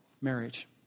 marriage